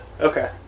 Okay